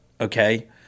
okay